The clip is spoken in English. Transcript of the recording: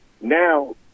Now